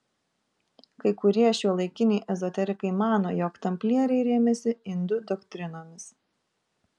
kai kurie šiuolaikiniai ezoterikai mano jog tamplieriai rėmėsi indų doktrinomis